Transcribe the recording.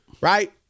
Right